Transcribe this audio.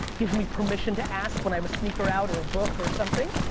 gives me permission to ask when i have a sneaker out or a book or something,